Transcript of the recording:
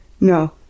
No